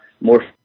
more